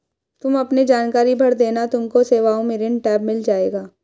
तुम अपने जानकारी भर देना तुमको सेवाओं में ऋण टैब मिल जाएगा